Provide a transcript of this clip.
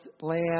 land